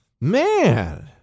Man